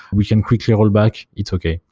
we can quickly roll back, it's okay.